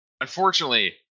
unfortunately